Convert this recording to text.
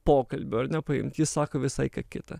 pokalbio ar ne paimt jis sako visai ką kita